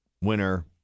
Winner